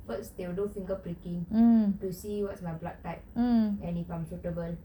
first they will do finger pricking to see what is my blood type and uncomfortable